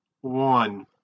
one